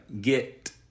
get